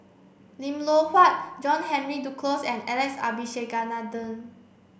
Lim Loh Huat John Henry Duclos and Alex Abisheganaden